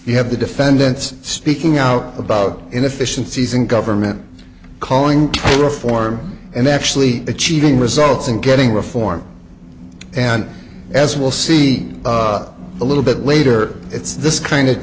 you have the defendants speaking out about inefficiencies in government calling for reform and actually achieving results and getting reform and as we'll see a little bit later it's this kind of